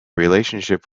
relationship